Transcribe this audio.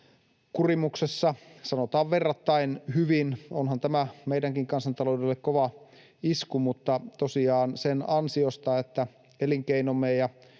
kurimuksessa — sanotaan verrattain hyvin, onhan tämä meidänkin kansantaloudellemme kova isku. Mutta tosiaan sen ansiosta, että elinkeinomme ja